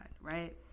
right